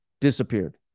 disappeared